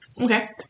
Okay